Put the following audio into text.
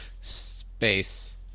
space